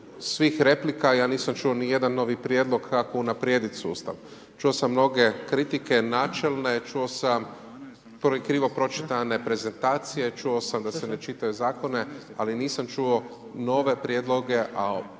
svih replika, ja nisam čuo niti jedan novi prijedlog kako unaprijediti sustav. Čuo sam mnoge kritike, načelne, čuo sam krivo pročitane prezentacije, čuo sam da se ne čitaju zakoni, ali nisam čuo nove prijedloge, a